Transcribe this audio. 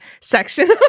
section